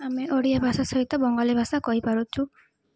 ଆମେ ଓଡ଼ିଆ ଭାଷା ସହିତ ବଙ୍ଗାଳୀ ଭାଷା କହିପାରୁଛୁ